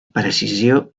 precisió